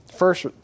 First